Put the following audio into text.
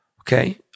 okay